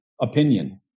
opinion